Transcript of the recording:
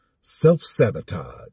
self-sabotage